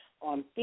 on